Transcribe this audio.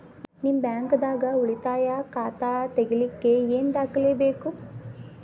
ನಿಮ್ಮ ಬ್ಯಾಂಕ್ ದಾಗ್ ಉಳಿತಾಯ ಖಾತಾ ತೆಗಿಲಿಕ್ಕೆ ಏನ್ ದಾಖಲೆ ಬೇಕು?